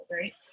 right